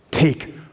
Take